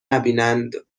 نبینند